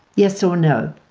yes or no?